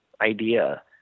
idea